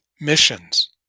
missions